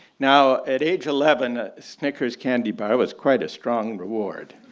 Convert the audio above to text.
now at age eleven, snickers candy bar was quite a strong reward.